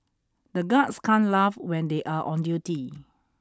the guards can't laugh when they are on duty